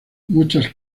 muchas